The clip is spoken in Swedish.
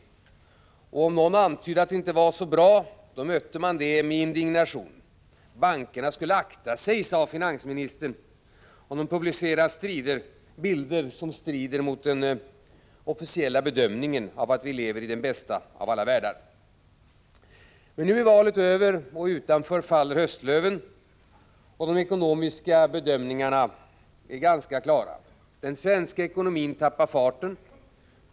Om någon antydde att allt inte var så bra, mötte man det med indignation. Bankerna skulle akta sig, sade finansministern, om de publicerade bedömningar som strider mot bilden av att vi lever i den bästa av världar. Men nu är valet över, utanför faller höstlöven, och de ekonomiska bedömningarna är ganska klara: den svenska ekonomin tappar farten.